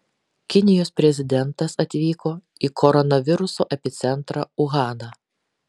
kinijos prezidentas atvyko į koronaviruso epicentrą uhaną